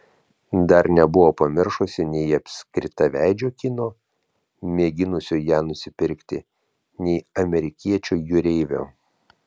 dar nebuvo pamiršusi nei apskritaveidžio kino mėginusio ją nusipirkti nei amerikiečio jūreivio